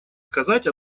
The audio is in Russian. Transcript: сказать